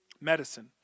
Medicine